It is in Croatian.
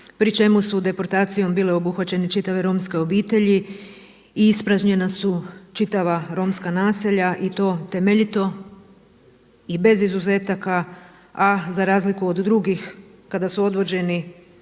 pri čemu su deportacijom bile obuhvaćene čitave romske obitelji i ispražnjena su čitava romska naselja i to temeljito i bez izuzetaka a za razliku od drugih kada su odvođeni